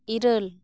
ᱤᱨᱟᱹᱞ